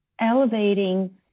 elevating